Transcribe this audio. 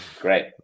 Great